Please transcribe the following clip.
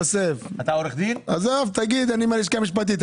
יוסף, עזוב, תגיד: אני מהלשכה המשפטית.